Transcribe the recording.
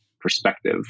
perspective